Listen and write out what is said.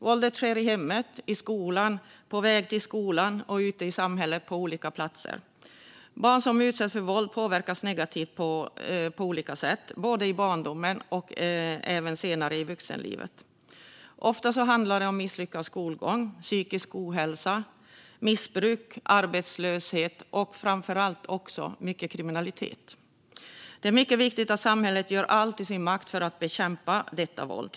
Våldet sker i hemmet, i skolan, på väg till skolan och på olika platser ute i samhället. Barn som utsätts för våld påverkas negativt på olika sätt både i barndomen och senare i vuxenlivet. Ofta handlar det om en misslyckad skolgång, psykisk ohälsa, missbruk och arbetslöshet. Framför allt handlar det om mycket kriminalitet. Det är mycket viktigt att samhället gör allt i sin makt för att bekämpa detta våld.